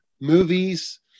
movies